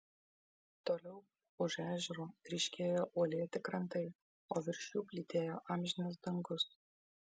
toliau už ežero ryškėjo uolėti krantai o virš jų plytėjo amžinas dangus